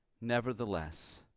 Nevertheless